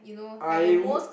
I would